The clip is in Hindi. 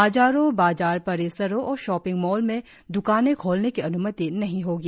बाजारों बाजार परिसरों और शॉपिंग मॉल में द्कानें खोलने की अनुमति नहीं होगी